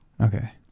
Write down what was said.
Okay